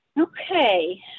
Okay